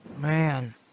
Man